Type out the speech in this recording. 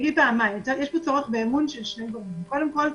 יש פה צורך באמון של שני גורמים קודם כל,